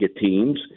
teams